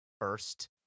first